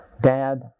Dad